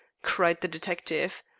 cried the detective,